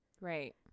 right